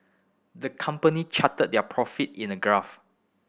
the company charted their profit in a graph